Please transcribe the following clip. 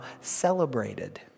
celebrated